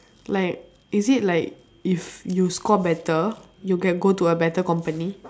like is it like if you score better you can go to a better company